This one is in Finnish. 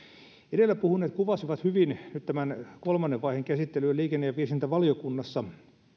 edellä puhuneet kuvasivat hyvin nyt tämän kolmannen vaiheen käsittelyä liikenne ja viestintävaliokunnassa